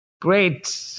great